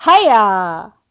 Hiya